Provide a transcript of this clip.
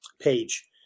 page